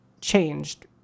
changed